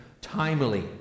timely